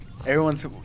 Everyone's